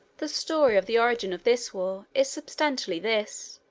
the story of the origin of this war is substantially this.